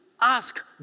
ask